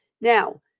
Now